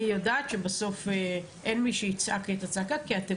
אני יודעת שבסוף אין מי שיצעק את הצעקה כי אתם